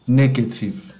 negative